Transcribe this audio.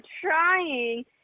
trying